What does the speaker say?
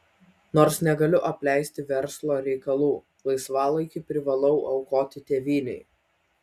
nors negaliu apleisti verslo reikalų laisvalaikį privalau aukoti tėvynei